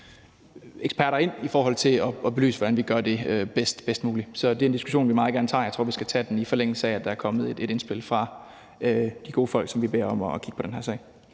eksperter ind til at belyse, hvordan vi gør det bedst muligt. Så det er en diskussion, vi meget gerne tager, men jeg tror, vi skal tage den i forlængelse af det indspil, der kommer fra de gode folk, som vi beder om at kigge på den her sag.